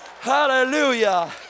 Hallelujah